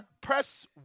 press